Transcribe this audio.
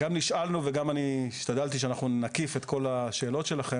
גם נשאלנו וגם השתדלתי שאנחנו נקיף את כל השאלות שלכם,